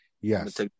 Yes